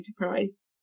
enterprise